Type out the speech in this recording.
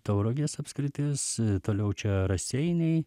tauragės apskritis toliau čia raseiniai